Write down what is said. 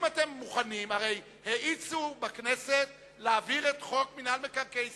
הרי האיצו בכנסת להעביר את חוק מינהל מקרקעי